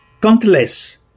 countless